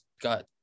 got